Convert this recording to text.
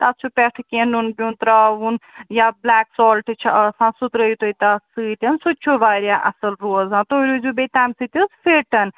تَتھ چھُ پٮ۪ٹھٕ کیٚنٛہہ نُنہٕ پیٛوٗنٛت ترٛاوُن یا بُلیک سالٹہٕ چھِ آسان سُہ ترٛٲوِو تُہۍ تَتھ سۭتٮ۪ن سُہ تہِ چھُ واریاہ اَصٕل روزان تُہۍ روٗزِو بیٚیہِ تَمہِ سۭتۍ حظ فِٹ